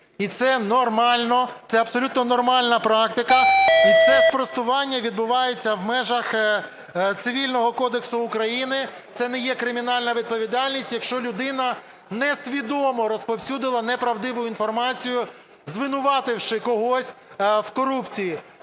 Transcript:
І це нормально, це абсолютно нормальна практика, і це спростування відбувається в межах Цивільного кодексу України. Це не є кримінальна відповідальність, якщо людина несвідомо розповсюдила неправдиву інформацію, звинувативши когось в корупції.